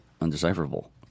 undecipherable